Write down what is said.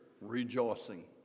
rejoicing